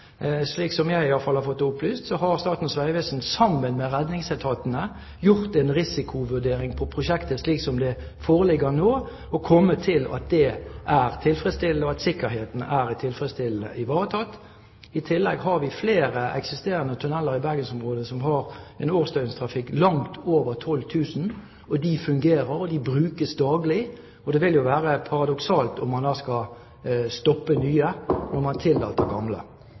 jeg iallfall har fått opplyst, sammen med redningsetatene har gjort en risikovurdering av prosjektet slik det foreligger nå, og kommet til at sikkerheten er tilfredsstillende ivaretatt. I tillegg har vi flere eksisterende tunneler i Bergensområdet som har en årsdøgntrafikk på langt over 12 000, og de fungerer og brukes daglig. Det ville jo være paradoksalt om man skal stoppe nye tunneler når man tillater gamle.